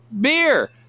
beer